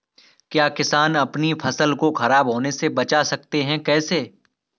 क्या किसान अपनी फसल को खराब होने बचा सकते हैं कैसे?